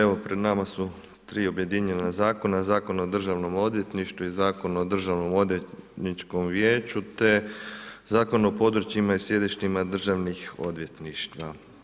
Evo pred nama su tri objedinjena zakona, Zakon o Državnom odvjetništvu i Zakon o Državnoodvjetničkom vijeću te Zakon o područjima i sjedištima državnih odvjetništva.